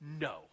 no